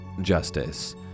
Justice